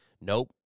nope